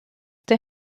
der